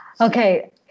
okay